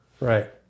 Right